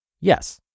Yes